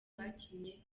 bakinnye